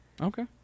Okay